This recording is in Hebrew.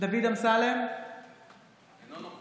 דוד אמסלם, אינו נוכח